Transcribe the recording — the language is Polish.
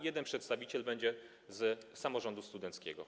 Jeden przedstawiciel będzie z samorządu studenckiego.